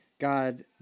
God